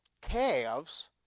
calves